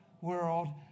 world